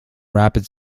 rapid